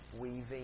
weaving